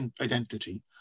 identity